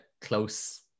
close